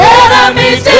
enemies